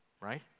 right